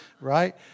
right